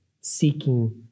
seeking